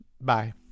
Bye